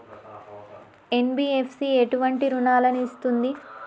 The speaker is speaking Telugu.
ఎన్.బి.ఎఫ్.సి ఎటువంటి రుణాలను ఇస్తుంది?